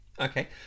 okay